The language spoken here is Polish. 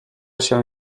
się